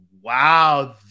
wow